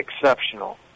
exceptional